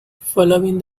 following